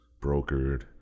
brokered